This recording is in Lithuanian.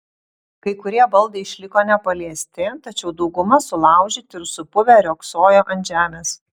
kai kurie baldai išliko nepaliesti tačiau dauguma sulaužyti ir supuvę riogsojo ant žemės